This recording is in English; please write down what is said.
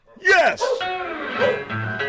yes